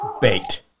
bait